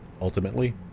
ultimately